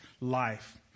life